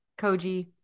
Koji